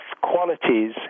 qualities